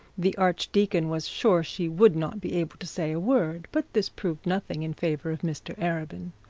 the archdeacon was sure she would not be able to say a word but this proved nothing in favour of mr arabin.